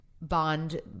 bond